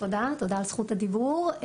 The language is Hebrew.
תודה על זכות הדיבור.